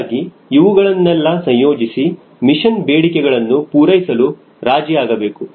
ಹೀಗಾಗಿ ಇವುಗಳನ್ನೆಲ್ಲಾ ಸಂಯೋಜಿಸಿ ಮಿಷನ್ ಬೇಡಿಕೆಗಳನ್ನು ಪೂರೈಸಲು ರಾಜಿ ಆಗಬೇಕು